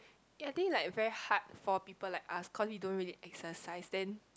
I think like very hard for people like us cause we don't really exercise then